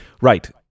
Right